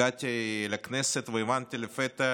הגעתי לכנסת והבנתי לפתע